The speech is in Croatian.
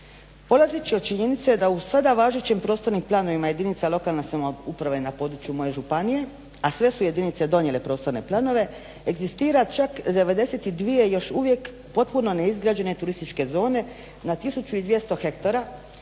Polazeći od činjenice da u sada važećim prostornim planovima jedinica lokalne samouprave na području moje županije a sve su jedinice donijele prostorne planove egzistira čak 92 i još uvijek potpuno neizgrađene turističke zone na 1200 hektara